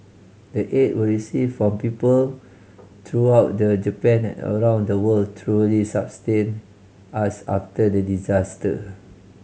the aid we received from people throughout the Japan and around the world truly sustained us after the disaster